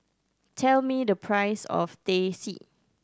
tell me the price of Teh C